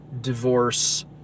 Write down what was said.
divorce